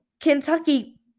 Kentucky